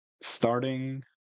Starting